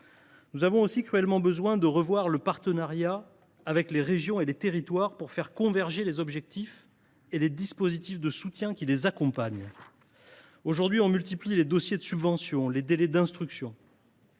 nous avons cruellement besoin de revoir les partenariats avec les régions et l’ensemble des territoires pour faire converger les objectifs et les dispositifs de soutien qui les accompagnent. Aujourd’hui, on multiplie les dossiers de subvention et les délais d’instruction.